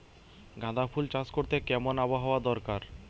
গাঁদাফুল চাষ করতে কেমন আবহাওয়া দরকার?